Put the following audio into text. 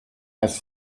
has